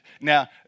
Now